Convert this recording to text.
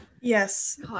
yes